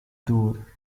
door